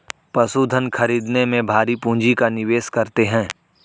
पशुधन खरीदने में भारी पूँजी का निवेश करते हैं